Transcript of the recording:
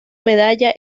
medalla